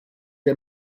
der